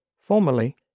Formerly